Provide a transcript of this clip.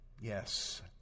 Yes